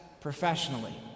professionally